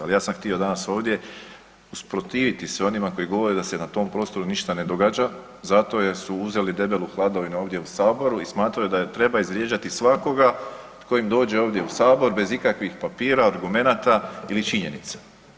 Ali ja sam htio danas ovdje usprotiviti se onima koji govore da se na tom prostoru ništa ne događa zato jer su uzeli debelu hladovinu ovdje u Saboru i smatraju da treba izvrijeđati svakoga tko im dođe ovdje u Sabor bez ikakvih papira, argumenata ili činjenica.